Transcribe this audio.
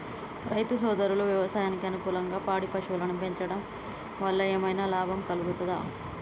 రైతు సోదరులు వ్యవసాయానికి అనుకూలంగా పాడి పశువులను పెంచడం వల్ల ఏమన్నా లాభం కలుగుతదా?